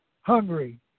hungry